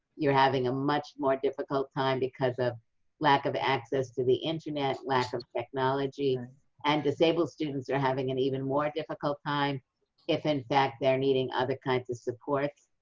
you're having a much more difficult time because of lack of access to the internet, lack of technology, and disabled students are having an even more difficult time if, in fact, they're needing other kinds of supports.